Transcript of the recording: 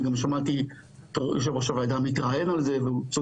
אני גם שמעתי את יושב ראש הוועדה מדבר על